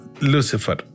Lucifer